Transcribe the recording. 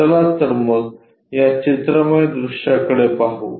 चला तर मग त्या चित्रमय दृश्याकडे पाहू